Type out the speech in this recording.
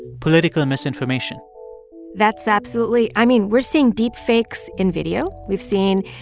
political misinformation that's absolutely i mean, we're seeing deep fakes in video. we've seen,